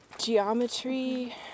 geometry